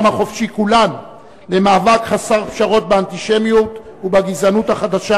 החופשי כולן למאבק חסר פשרות באנטישמיות ובגזענות החדשה,